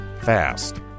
fast